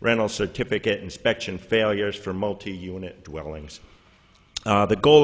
rental certificate inspection failures for multi unit welling's the goal